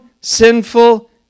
sinful